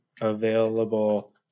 available